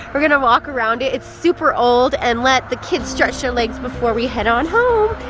we're gonna walk around it, it's super old and let the kids stretch their legs before we head on home.